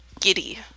giddy